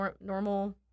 normal